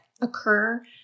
occur